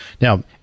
Now